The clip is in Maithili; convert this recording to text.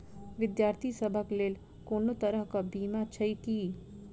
विद्यार्थी सभक लेल कोनो तरह कऽ बीमा छई की?